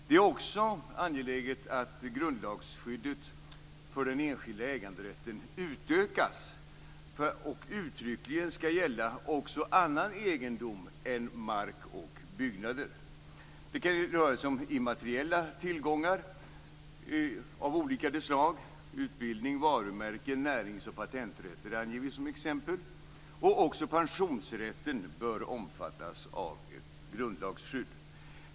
Det är också angeläget att grundlagsskyddet för den enskilda äganderätten utökas till att uttryckligen gälla också annan egendom än mark och byggnader. Det kan röra sig om immateriella tillgångar av olika slag. Utbildning, varumärke, närings och patenträtter anger vi som exempel. Också pensionsrätten bör omfattas av ett grundlagsskydd.